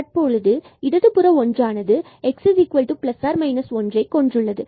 தற்பொழுது இடதுபுற ஒன்றானது x is equal to ± 1ஐகொண்டுள்ளது